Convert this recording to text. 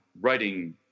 writing